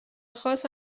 خاص